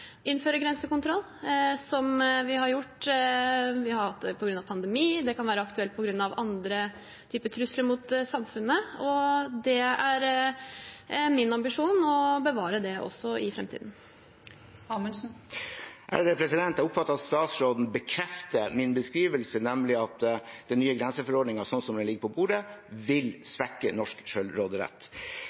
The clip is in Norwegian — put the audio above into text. innføre grensekontroll, som vi har gjort. Vi har hatt det på grunn av pandemi. Det kan være aktuelt på grunn av andre typer trusler mot samfunnet. Det er min ambisjon å bevare det også i framtiden. Per-Willy Amundsen – til oppfølgingsspørsmål. Jeg oppfatter at statsråden bekrefter min beskrivelse, nemlig at den nye grenseforordningen slik den ligger på bordet, vil svekke norsk